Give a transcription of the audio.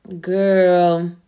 Girl